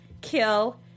kill